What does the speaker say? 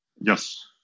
Yes